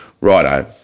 righto